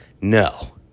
No